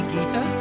Gita